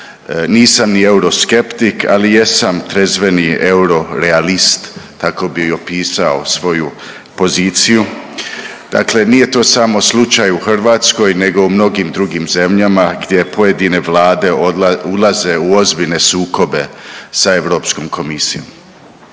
nisam ni euroskeptik ali jesam trezveni eurorealist. Tako bi opisao svoju poziciju. Dakle, nije to samo slučaj u Hrvatskoj nego u mnogim drugim zemljama gdje pojedine vlade odlaze, ulaze u ozbiljne sukobe sa Europskom komisijom.